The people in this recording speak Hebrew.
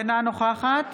אינה נוכחת